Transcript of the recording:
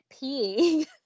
peeing